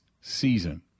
season